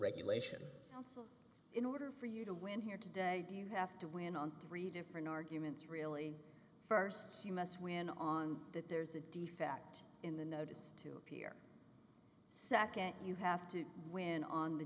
regulation in order for you to win here today you have to win on three different arguments really st you must win on that there's a defect in the notice to appear nd you have to win on the